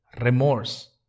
remorse